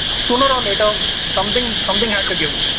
sooner or later um something something had to give.